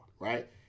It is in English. right